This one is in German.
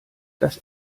das